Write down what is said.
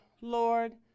Lord